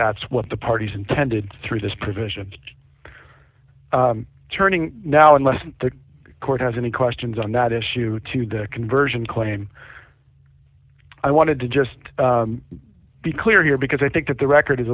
that's what the parties intended through this provision turning now unless the court has any questions on that issue to the conversion claim i wanted to just be clear here because i think that the record is